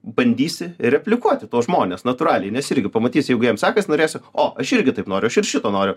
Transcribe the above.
bandysi replikuoti tuos žmones natūraliai nes irgi pamatysi jeigu jiems sekas norėsi o aš irgi taip noriu šito noriu